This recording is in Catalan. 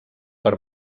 per